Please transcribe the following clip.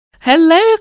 hello